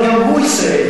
אבל גם הוא ישראלי.